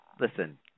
listen